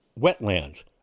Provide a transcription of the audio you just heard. Wetlands